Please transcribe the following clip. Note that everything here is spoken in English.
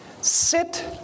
sit